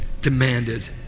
demanded